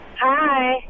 Hi